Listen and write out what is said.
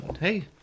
hey